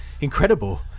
Incredible